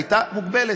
היה מוגבל.